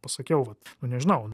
pasakiau vat nežinau